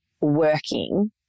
working